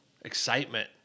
excitement